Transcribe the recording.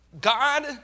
God